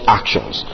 actions